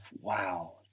wow